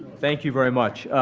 thank you very much.